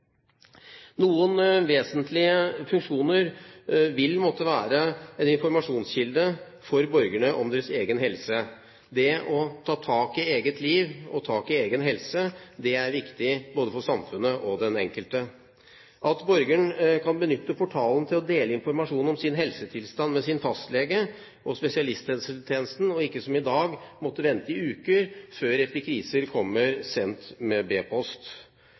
Noen vesentlige funksjoner vil måtte være: En informasjonskilde for borgerne om deres egen helse er viktig. Det å ta tak i eget liv og egen helse er viktig både for samfunnet og for den enkelte. At borgeren kan benytte portalen til å dele informasjon om sin helsetilstand med sin fastlege og spesialisthelsetjenesten og ikke, som i dag, måtte vente i uker før epikrisen kommer, sendt med